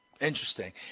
Interesting